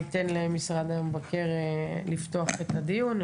אני אתן למשרד המבקר לפתוח את הדיון,